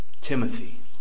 Timothy